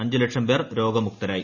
അഞ്ചുലക്ഷം പേർ രോഗമുക്തരായി